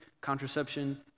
contraception